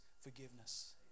forgiveness